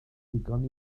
digon